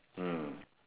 mm